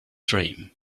dream